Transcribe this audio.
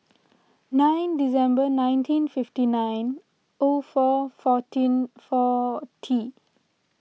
nine December nineteen fifty nine O four fourteen forty